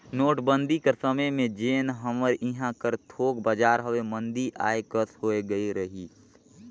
नोटबंदी कर समे में जेन हमर इहां कर थोक बजार हवे मंदी आए कस होए गए रहिस